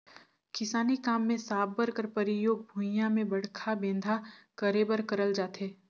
किसानी काम मे साबर कर परियोग भुईया मे बड़खा बेंधा करे बर करल जाथे